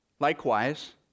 Likewise